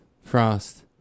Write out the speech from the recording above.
Frost